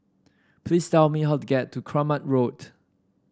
please tell me how to get to Kramat Road